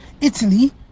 Italy